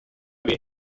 way